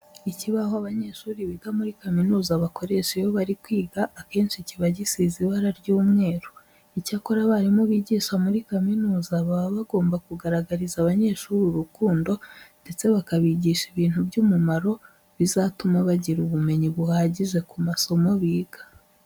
Ikibaho abanyeshuri biga muri kaminuza bakoresha iyo bari kwiga akenshi kiba gisize ibara ry'umweru. Icyakora abarimu bigisha muri kaminuza baba bagomba kugaragariza abanyeshuri urukundo ndetse bakabigisha ibintu by'umumaro zizatuma bagira ubumenyi buhagije ku masomo biga.